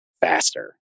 faster